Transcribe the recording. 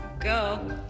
go